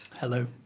Hello